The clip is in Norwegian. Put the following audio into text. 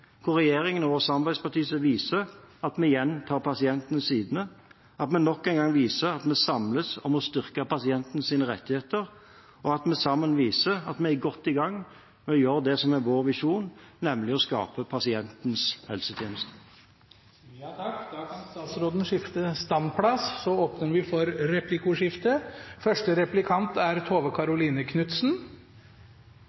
hvor regjeringen og våre samarbeidspartier viser at vi igjen tar pasientens side, at vi nok en gang viser at vi samles om å styrke pasientens rettigheter, og at vi sammen viser at vi er godt i gang med å gjøre det som er vår visjon, nemlig å skape pasientens